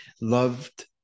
loved